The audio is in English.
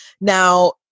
Now